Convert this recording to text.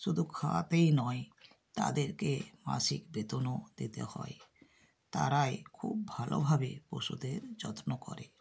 শুধু খাওয়াতেই নয় তাদেরকে মাসিক বেতনও দিতে হয় তারাই খুব ভালোভাবে পশুদের যত্ন করে